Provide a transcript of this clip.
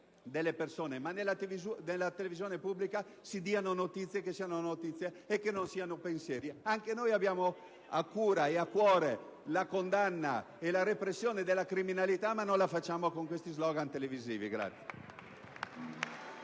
delle persone, ma nella televisione pubblica si diano notizie che siano notizie e che non siano pensieri. Anche noi abbiamo a cura e a cuore la condanna e la repressione della criminalità, ma non lo facciamo con questi slogan televisivi.